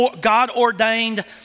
God-ordained